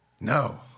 No